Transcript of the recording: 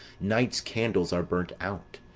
night's candles are burnt out,